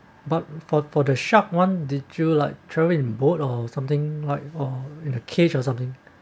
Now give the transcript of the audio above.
but for for the shark one did you like throw in boat or something like or in a cage or something